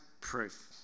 proof